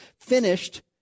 finished